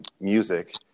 music